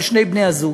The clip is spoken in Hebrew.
של שני בני-הזוג.